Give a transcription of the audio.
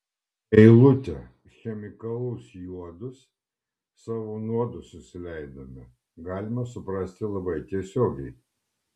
eilutę chemikalus juodus savo nuodus susileidome galima suprasti labai tiesiogiai